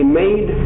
made